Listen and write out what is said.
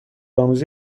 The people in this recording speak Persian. آموزی